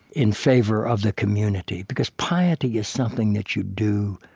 in favor of the community. because piety is something that you do,